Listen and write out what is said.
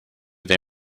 they